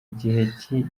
gihe